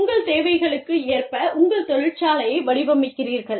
உங்கள் தேவைகளுக்கு ஏற்ப உங்கள் தொழிற்சாலையை வடிவமைக்கிறீர்கள்